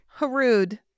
Rude